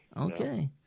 Okay